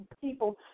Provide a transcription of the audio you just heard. people